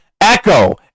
Echo